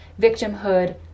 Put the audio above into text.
victimhood